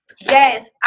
Yes